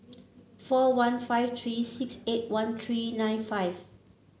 four one five three six eight one three nine five